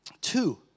two